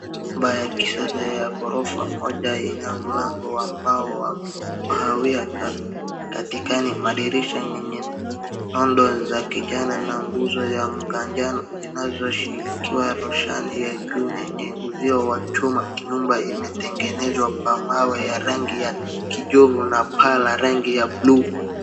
Nyumba ya kiasi ya ghorofa moja ina mlango wa mbao wa kahawia katikati na madirisha yenye nondo za kijani na nguzo za mganjano zinazoshikilia roshani ya juu yenye uzio wa chuma. Nyumba imetengenezwa kwa mawe ya rangi ya kijivu na paa la rangi ya blue .